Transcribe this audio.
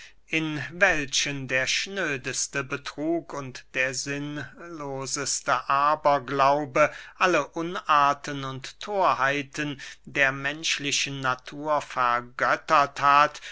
in welchen der schnödeste betrug und der sinnloseste aberglaube alle unarten und thorheiten der menschlichen natur vergöttert hat